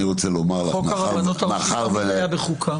חוק הרבנות הראשית תמיד היה בחוקה.